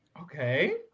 okay